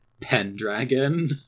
Pendragon